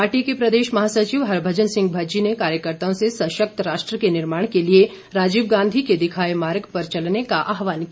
party के प्रदेश महासचिव हरमजन सिंह मज्जी ने कार्यकर्ताओं से सशक्त राष्ट्र के निर्माण के लिए राजीव गांधी के दिखाये मार्ग पर चलने का आहवान किया